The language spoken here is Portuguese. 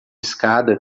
escada